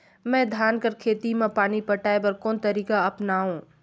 मैं धान कर खेती म पानी पटाय बर कोन तरीका अपनावो?